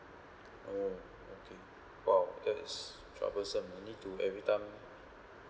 oh okay !wow! that is troublesome I need to every time